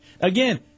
again